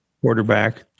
quarterback